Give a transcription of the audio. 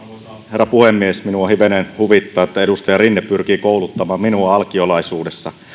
herra puhemies minua hivenen huvittaa että edustaja rinne pyrkii kouluttamaan minua alkiolaisuudessa